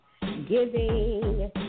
giving